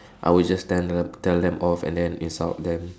I will just tell them tell them off and then insult them